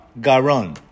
Garon